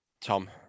Tom